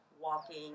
walking